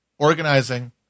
organizing